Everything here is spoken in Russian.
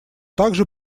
также